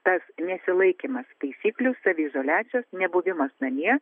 tas nesilaikymas taisyklių saviizoliacijos nebuvimas namie